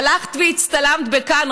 הלכת והצטלמת בקאן,